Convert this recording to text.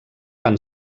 van